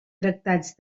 tractats